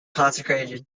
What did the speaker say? consecrated